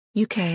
UK